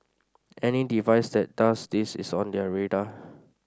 any device that does this is on their radar